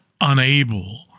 unable